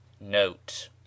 note